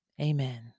Amen